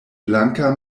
blanka